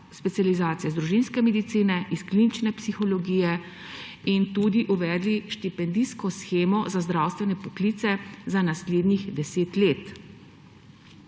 specializacije iz družinske medicine, klinične psihologije in tudi uvedli štipendijsko shemo za zdravstvene poklice za naslednjih 10 let.